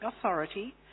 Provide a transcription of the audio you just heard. authority